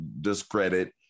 discredit